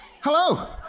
Hello